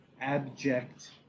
abject